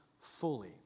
fully